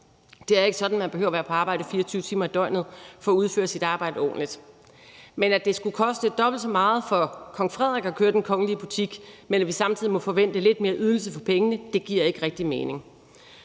Det er ikke sådan, at man behøver at være på arbejde 24 timer i døgnet for at udføre sit arbejde ordentligt. Men at det skulle koste dobbelt så meget for kong Frederik at køre den kongelige butik, uden at vi samtidig må forvente lidt mere ydelse for pengene, giver ikke rigtig mening.